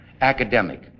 academic